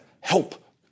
help